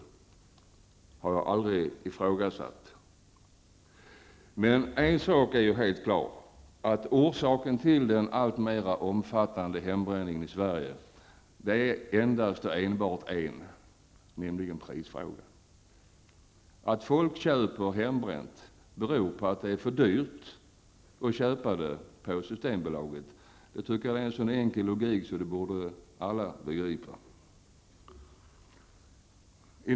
Det har jag aldrig ifrågasatt. Men en sak är helt klar, nämligen att orsaken till den alltmer omfattande hembränningen i Sverige är endast och enbart en, nämligen priset. Att folk köper hembränt beror på att det är för dyrt att handla på Systembolaget. Jag tycker att det är en sådan enkel logik att alla borde begripa det.